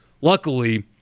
Luckily